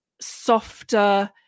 softer